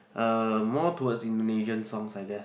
uh more towards Indonesian songs I guess